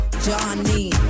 Johnny